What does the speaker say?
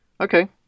Okay